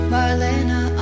Marlena